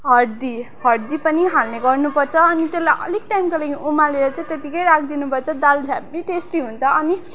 हर्दी हर्दी पनि हाल्ने गर्नु पर्छ अनि त्यसलाई अलिक टाइमको लागि उमालेर चाहिँ त्यतिकै राखिदिनु पर्छ दाल हेब्बी टेस्टी हुन्छ अनि